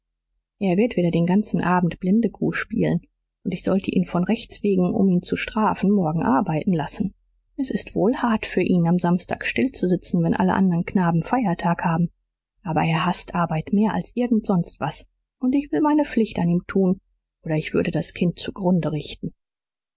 er wird wieder den ganzen abend blindekuh spielen und ich sollte ihn von rechts wegen um ihn zu strafen morgen arbeiten lassen es ist wohl hart für ihn am samstag stillzusitzen wenn alle anderen knaben feiertag haben aber er haßt arbeit mehr als irgend sonst was und ich will meine pflicht an ihm tun oder ich würde das kind zu grunde richten